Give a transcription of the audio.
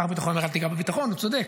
שר הביטחון אומר: אל תיגע בביטחון, הוא צודק.